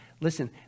listen